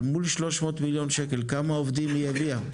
אל מול 300 מיליון שקל כמה עובדים היא הביאה?